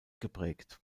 geprägt